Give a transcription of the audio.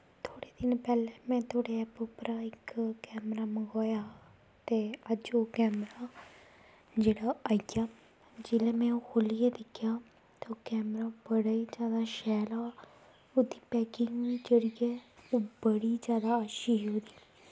थोह्ड़े दिन पैह्लें में तोआड़े ऐप उप्परा इक कैमरा मंगवाया हा ते अज्ज ओह् कैमरा जेह्ड़ा आइया जिसलै में ओह् खोह्लियै दिक्खेआ ओह् कैमरा बड़ा गै जैदा शैल हा ओह्दी जेह्ड़ी पैकिंग बड़ी जैदा अच्छी ही